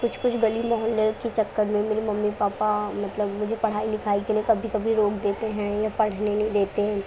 کچھ کچھ گلی محلے کی چکر میں میری ممی پاپا مطلب مجھے پڑھائی لکھائی کے لیے کبھی کبھی روک دیتے ہیں یا پڑھنے نہیں دیتے ہیں